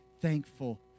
thankful